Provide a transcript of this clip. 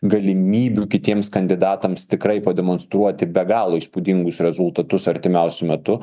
galimybių kitiems kandidatams tikrai pademonstruoti be galo įspūdingus rezultatus artimiausiu metu